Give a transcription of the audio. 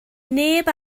neb